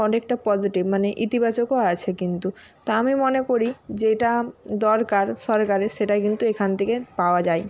অনেকটা পজেটিভ মানে ইতিবাচকও আছে কিন্তু তা আমি মনে করি যেটা দরকার সরকারের সেটা কিন্তু এখান থেকে পাওয়া যায়